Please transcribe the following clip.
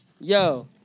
yo